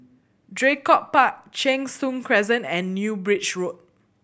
Draycott Park Cheng Soon Crescent and New Bridge Road